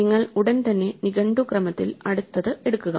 നിങ്ങൾ ഉടൻ തന്നെ നിഘണ്ടു ക്രമത്തിൽ അടുത്തത് എടുക്കുക